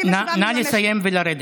נא לסיים ולרדת.